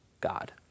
God